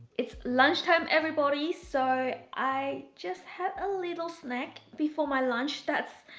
it's lunch time everybody! so i just had a little snack before my lunch. that's.